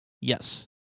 Yes